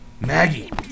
Maggie